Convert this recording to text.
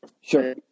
sure